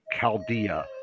chaldea